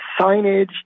signage